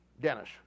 Dennis